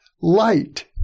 light